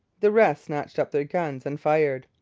the rest snatched up their guns and fired.